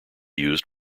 used